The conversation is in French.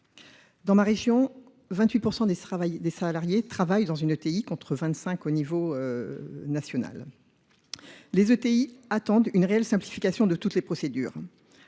Dans ma région, 28% des salariés travaillent dans une ETI contre 25 au niveau national. Les ETI attendent une réelle simplification de toutes les procédures.